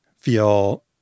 feel